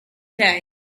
day